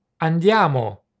Andiamo